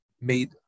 made